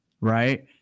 right